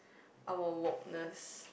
our woke ness